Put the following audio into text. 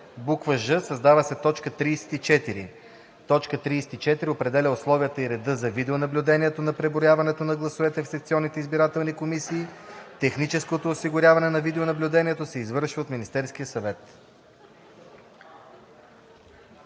„ж) създава се т. 34: „34. определя условията и реда за видеонаблюдението на преброяването на гласовете в секционните избирателни комисии; техническото осигуряване на видеонаблюдението се извършва от Министерския съвет;“